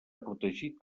protegit